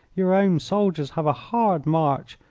your own soldiers have a hard march,